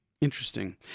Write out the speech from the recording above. Interesting